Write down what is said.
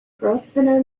grosvenor